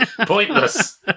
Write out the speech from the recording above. pointless